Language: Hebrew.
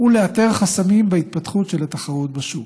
ולאתר חסמים בהתפתחות של התחרות בשוק.